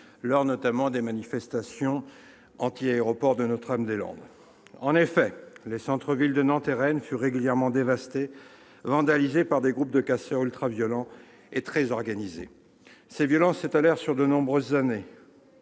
2018, notamment lors des manifestations contre l'aéroport de Notre-Dame-des-Landes. Les centres-villes de Nantes et de Rennes furent régulièrement dévastés et vandalisés par des groupes de casseurs ultra-violents et très organisés. Ces faits s'étalèrent sur de nombreuses années.